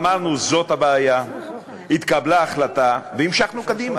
אמרנו שזאת הבעיה, התקבלה החלטה והמשכנו קדימה.